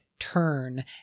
turn